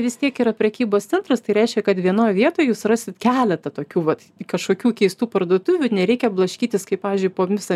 vis tiek yra prekybos centras tai reiškia kad vienoj vietoj jūs rasit keletą tokių vat kažkokių keistų parduotuvių nereikia blaškytis kaip pavyzdžiui po visą